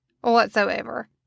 whatsoever